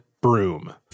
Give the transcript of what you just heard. broom